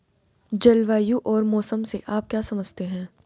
जलवायु और मौसम से आप क्या समझते हैं?